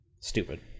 stupid